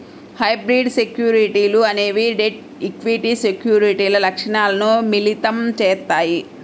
hybrid సెక్యూరిటీలు అనేవి debt, equity సెక్యూరిటీల లక్షణాలను మిళితం చేత్తాయి